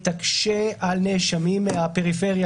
תקשה על נאשמים מהפריפריה,